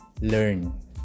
learn